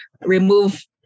remove